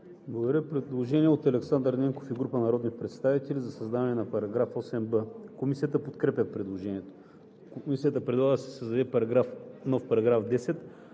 народния представител Александър Ненков и група народни представители за създаване на нов § 9в. Комисията подкрепя предложението. Комисията предлага да се създаде нов § 14: „§ 14.